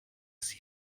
sie